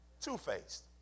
two-faced